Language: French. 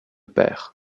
pair